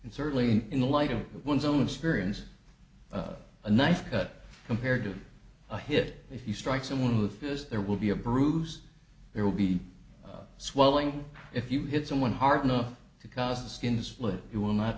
and certainly in the light of one's own experience a nice cut compared to a hit if you strike someone with fist there will be a bruise there will be swelling if you hit someone hard enough to cause a skin split you will not